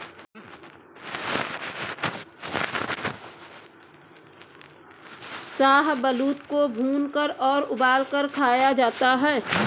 शाहबलूत को भूनकर और उबालकर खाया जाता है